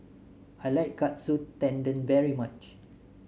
I like Katsu Tendon very much